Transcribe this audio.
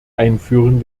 einführen